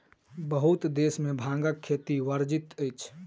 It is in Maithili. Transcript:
बहुत देश में भांगक खेती वर्जित अछि